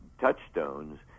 touchstones